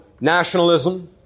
nationalism